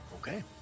Okay